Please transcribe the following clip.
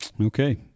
Okay